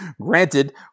Granted